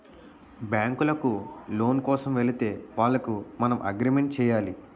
బ్యాంకులకు లోను కోసం వెళితే వాళ్లకు మనం అగ్రిమెంట్ చేయాలి